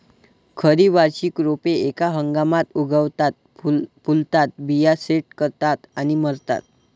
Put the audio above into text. खरी वार्षिक रोपे एका हंगामात उगवतात, फुलतात, बिया सेट करतात आणि मरतात